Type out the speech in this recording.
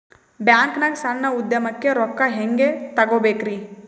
ಬ್ಯಾಂಕ್ನಾಗ ಸಣ್ಣ ಉದ್ಯಮಕ್ಕೆ ರೊಕ್ಕ ಹೆಂಗೆ ತಗೋಬೇಕ್ರಿ?